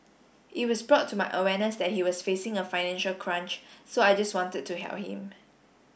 it was brought to my awareness that he was facing a financial crunch so I just wanted to help him